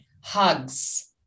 hugs